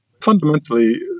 Fundamentally